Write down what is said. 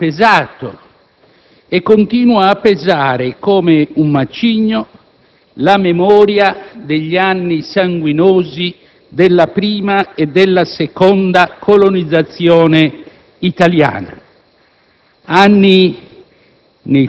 Certamente ha pesato e continua a pesare come un macigno la memoria degli anni sanguinosi della prima e della seconda colonizzazione italiana;